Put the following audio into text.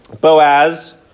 Boaz